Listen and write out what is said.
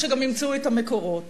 וגם שימצאו את המקורות.